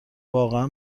واقعا